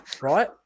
Right